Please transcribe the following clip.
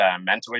mentally